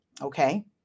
Okay